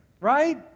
right